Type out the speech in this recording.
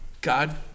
God